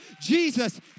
Jesus